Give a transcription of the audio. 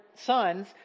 sons